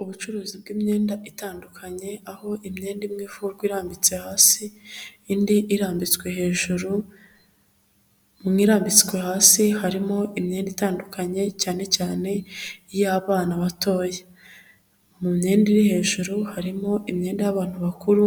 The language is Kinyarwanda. Ubucuruzi bw'imyenda itandukanye aho imyenda imwe igurwa irambitse hasi indi irambitswe hejuru. Mu irambitswe hasi harimo imyenda itandukanye cyane cyane iy'abana batoya. Mu myenda iri hejuru harimo imyenda y'abantu bakuru